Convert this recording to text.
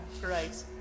Right